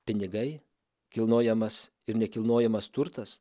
pinigai kilnojamas ir nekilnojamas turtas